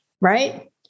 Right